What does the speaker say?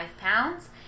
pounds